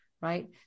Right